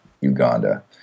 Uganda